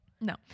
No